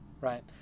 right